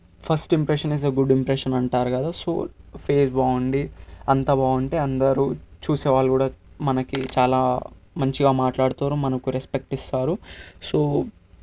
first impression is a good impression అంటారు కదా so face బాగుండి అంత బాగుంటే అందరూ చూసే వాళ్ళు కూడా మనకి చాలా మంచిగా మాట్లాడుతారు మనకు రెస్పెక్ట్ ఇస్తారు సో